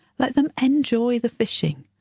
let them enjoy the fishing.